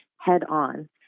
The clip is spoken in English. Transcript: head-on